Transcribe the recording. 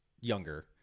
younger